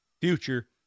future